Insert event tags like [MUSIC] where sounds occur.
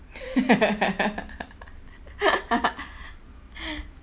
[LAUGHS]